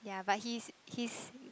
yeah but he's he's